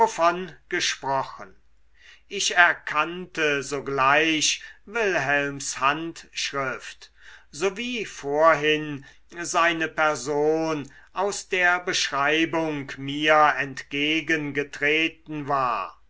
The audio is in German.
wovon gesprochen ich erkannte sogleich wilhelms handschrift so wie vorhin seine person aus der beschreibung mir entgegengetreten war